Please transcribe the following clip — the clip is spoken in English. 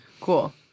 Cool